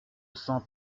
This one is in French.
cent